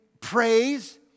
praise